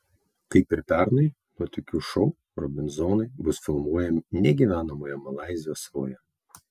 kaip ir pernai nuotykių šou robinzonai bus filmuojami negyvenamoje malaizijos saloje